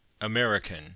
American